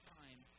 time